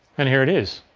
and here it is,